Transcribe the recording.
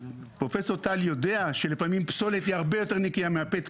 פרופסור טל יודע שלפעמים פסולת היא הרבה יותר נקייה מהפטקוק.